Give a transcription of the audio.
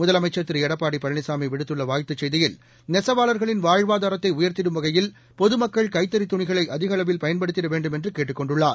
முதலமைச்சர் திரு எடப்பாடி பழனிசாமி விடுத்துள்ள வாழ்த்துச் செய்தியில் நெசவாள்களின் வாழ்வாதாரத்தை உயர்த்திடும் வகையில் பொதுமக்கள் கைத்தறி துணிகளை அதிக அளவில் பயன்படுத்திட வேண்டுமென்று கேட்டுக் கொண்டுள்ளார்